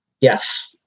Yes